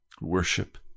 worship